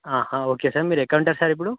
హా okay sir మీరు ఎక్కడుంటారు సార్ ఇప్పుడు